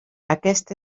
aquest